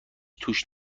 توش